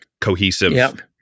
cohesive